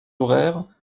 horaires